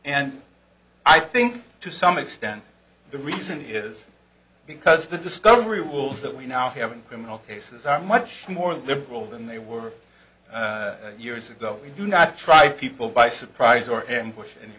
and i think to some extent the reason is because the discovery rules that we now have in criminal cases are much more liberal than they were years ago we do not try people by surprise or ambush any